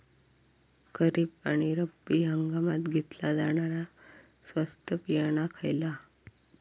खरीप आणि रब्बी हंगामात घेतला जाणारा स्वस्त बियाणा खयला?